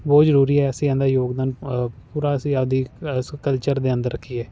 ਬਹੁਤ ਜ਼ਰੂਰੀ ਹੈ ਅਸੀਂ ਇਹਦਾ ਯੋਗਦਾਨ ਪੂਰਾ ਅਸੀਂ ਆਪਣੀ ਇਸ ਕਲਚਰ ਦੇ ਅੰਦਰ ਰੱਖੀਏ